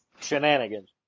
Shenanigans